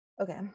okay